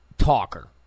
talker